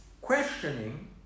questioning